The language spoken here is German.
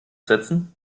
setzen